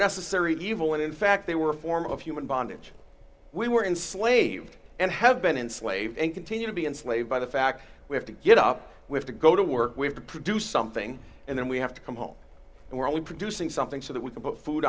necessary evil when in fact they were a form of human bondage we were enslaved and have been enslaved and continue to be enslaved by the fact we have to get up with to go to work we have to produce something and then we have to come home and we're only producing something so that we can put food